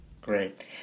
great